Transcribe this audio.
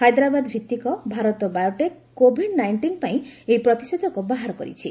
ହାଇଦ୍ରାବାଦ୍ ଭିଭିକ Bharat Biotech Covid nineteen ପାଇଁ ଏହି ପ୍ରତିଷେଧକ ବାହାର କରିଛି